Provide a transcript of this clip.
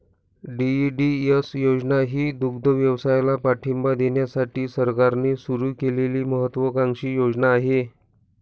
DEDS योजना ही दुग्धव्यवसायाला पाठिंबा देण्यासाठी सरकारने सुरू केलेली महत्त्वाकांक्षी योजना आहे